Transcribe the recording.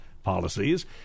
Policies